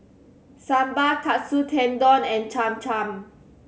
Sambar Katsu Tendon and Cham Cham